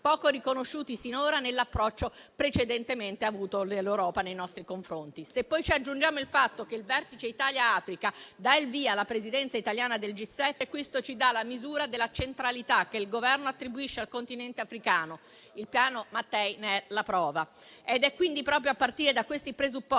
poco riconosciuti sinora nell'approccio precedentemente avuto dall'Europa nei nostri confronti. Se poi aggiungiamo che il vertice Italia-Africa dà il via alla Presidenza italiana del G7, questo ci dà la misura della centralità che il Governo attribuisce al Continente africano. Il Piano Mattei ne è la prova. È quindi proprio a partire da questi presupposti